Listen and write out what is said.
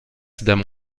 them